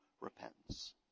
repentance